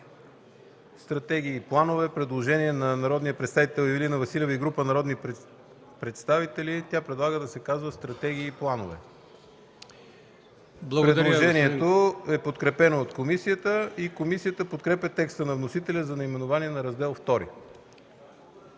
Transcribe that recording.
„Стратегии и планове”. Има предложение на народния представител Ивелина Василева и група народни представители, които предлагат да се казва „Стратегии и планове”. Предложението е подкрепено от комисията. Комисията подкрепя текста на вносителя за наименованието на Раздел ІІ.